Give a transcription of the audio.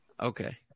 Okay